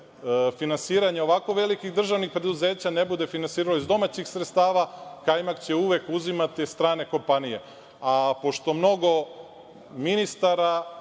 finansiranje ovako velikih državnih preduzeća ne bude finansiralo iz domaćih sredstava, kajmak će uvek uzimati strane kompanije. Pošto mnogo ministara